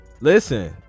listen